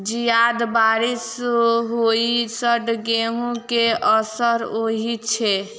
जियादा बारिश होइ सऽ गेंहूँ केँ असर होइ छै?